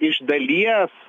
iš dalies